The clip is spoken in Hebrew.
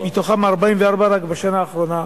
ומתוכם 44 רק בשנה האחרונה.